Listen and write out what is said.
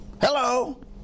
Hello